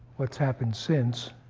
what's happened since.